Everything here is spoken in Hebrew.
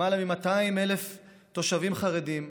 למעלה מ-200,000 תושבים חרדים,